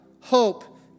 hope